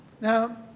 Now